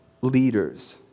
leaders